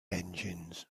engines